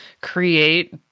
create